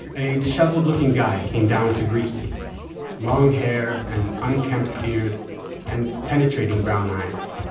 a disheveled looking guy came down to greet me long hair, an unkempt beard and penetrating brown eyes.